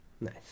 Nice